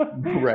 right